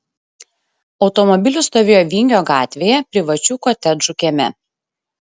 automobilis stovėjo vingio gatvėje privačių kotedžų kieme